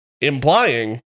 Implying